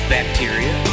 Bacteria